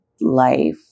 life